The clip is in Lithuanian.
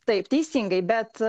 taip teisingai bet